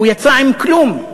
הוא יצא עם כלום,